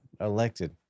elected